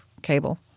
cable